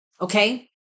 okay